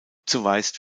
zumeist